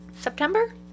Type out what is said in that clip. september